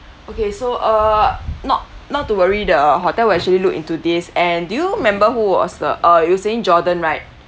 okay so err not not to worry the hotel will actually look into this and do you remember who was the uh you're saying jordan right